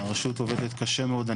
הרשות עובדת קשה מאוד.